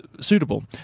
Suitable